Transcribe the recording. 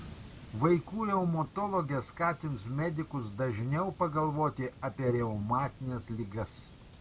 vaikų reumatologė skatins medikus dažniau pagalvoti apie reumatines ligas